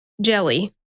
jelly